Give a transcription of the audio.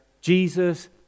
Jesus